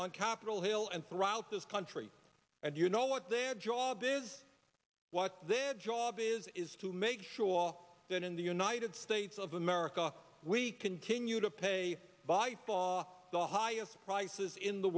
on capitol hill and throughout this country and you know what their job is what their job is is to make sure that in the united states of america we continue to pay by paul the highest prices in the